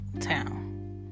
town